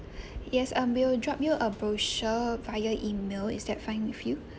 yes um we'll drop you a brochure via email is that fine with you